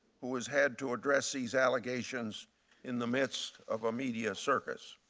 who has had to address these allegations in the midst of a media surface